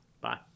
Bye